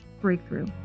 breakthrough